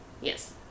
Yes